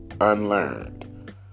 unlearned